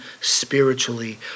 spiritually